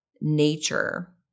nature